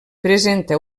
presenta